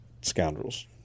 Scoundrels